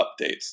updates